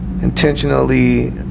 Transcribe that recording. intentionally